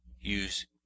use